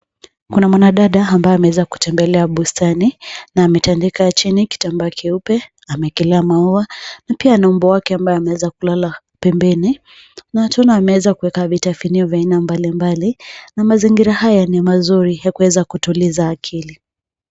Kuna mwanadada ambaye ameweza kutembelea bustani na ametandika chini kitambaa cheupe. Amewekelea maua na pia ana mbwa wake ameweza kulala pembeni, na tunaona ameweza kuweka vitafunio vya aina mbalimbali, na mazingira haya ni mazuri ya kuweza kutuliza akili.